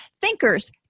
Thinkers